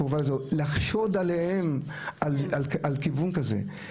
לחשוד עליהם על כיוון כזה?